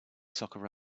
soccer